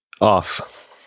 Off